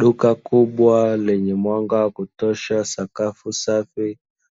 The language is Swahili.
Duka kubwa lenye mwanga wa kutosha sakafu safi,